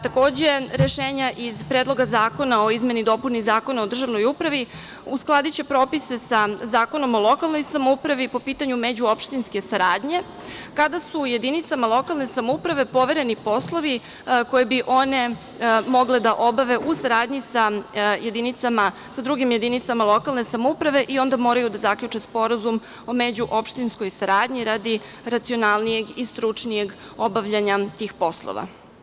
Takođe, rešenja iz Predloga zakona o izmeni i dopuni Zakona o državnoj upravi, uskladiće propise sa Zakonom o lokalnoj samoupravi po pitanju međuopštinske saradnje, kada su u jedinicama lokalne samouprave povereni poslovi koje bi one mogle da obave u saradnji sa drugim jedinicama lokalne samouprave, i onda moraju da zaključe sporazum o međuopštinskoj saradnji radi racionalnijeg i stručnijeg obavljanja tih poslova.